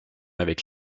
avec